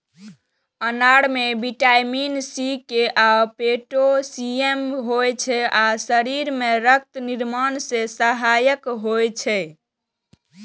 अनार मे vitamin C, के आ पोटेशियम होइ छै आ शरीर मे रक्त निर्माण मे सहायक होइ छै